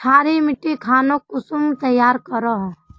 क्षारी मिट्टी खानोक कुंसम तैयार करोहो?